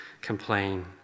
complain